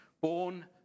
born